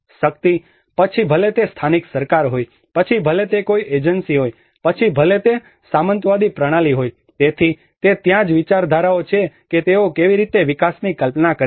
શક્તિ પછી ભલે તે સ્થાનિક સરકાર હોય પછી ભલે તે કોઈ એજન્સી હોય પછી ભલે તે સામંતવાદી પ્રણાલી હોય તેથી તે ત્યાં જ વિચારધારાઓ છે કે તેઓ કેવી રીતે વિકાસની કલ્પના કરે છે